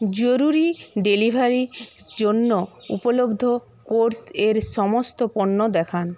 জরুরি ডেলিভারির জন্য উপলব্ধ কোর্স এর সমস্ত পণ্য দেখান